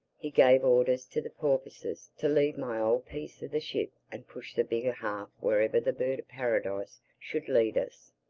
he gave orders to the porpoises to leave my old piece of the ship and push the bigger half wherever the bird-of-paradise should lead us.